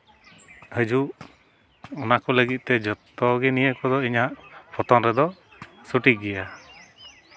ᱦᱤᱡᱩᱜ ᱚᱱᱟᱠᱚ ᱞᱟᱹᱜᱤᱫ ᱛᱮ ᱡᱚᱛᱚᱜᱮ ᱱᱤᱭᱟᱹ ᱠᱚᱫᱚ ᱤᱧᱟᱹᱜ ᱯᱚᱱᱚᱛ ᱨᱮᱫᱚ ᱥᱚᱴᱷᱤᱠ ᱜᱮᱭᱟ